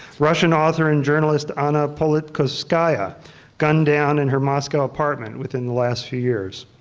russian author and journalist, anna politkovskaya gunned down in her moscow apartment within the last few years.